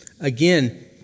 again